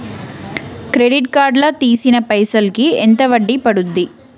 Credit card లా తీసిన పైసల్ కి ఎంత వడ్డీ పండుద్ధి?